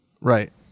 Right